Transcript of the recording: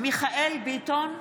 מיכאל מרדכי ביטון,